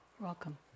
Welcome